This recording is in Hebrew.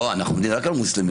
לא, אנחנו מדברים רק על מוסלמים.